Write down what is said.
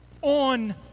on